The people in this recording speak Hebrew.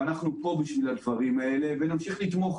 אנחנו פה בשביל הדברים האלה ונמשיך לתמוך